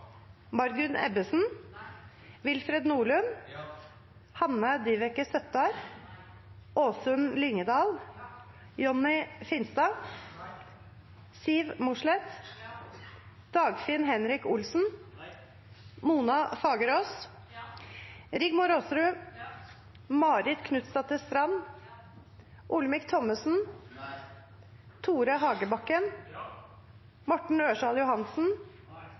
Willfred Nordlund, Åsunn Lyngedal, Siv Mossleth, Mona Fagerås, Rigmor Aasrud, Marit Knutsdatter Strand, Tore Hagebakken,